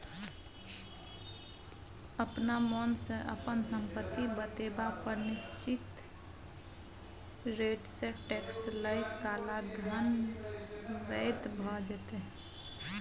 अपना मोनसँ अपन संपत्ति बतेबा पर निश्चित रेटसँ टैक्स लए काला धन बैद्य भ जेतै